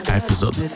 episode